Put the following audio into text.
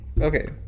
okay